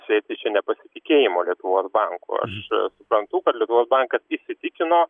sėti čia nepasitikėjimą lietuvos banku aš a suprantu kad lietuvos bankas įsitikino